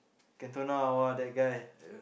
Cantona !wah! that guy